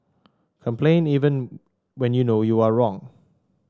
complain even when you know you are wrong